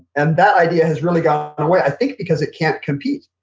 and that idea has really gone away. i think because it can't compete.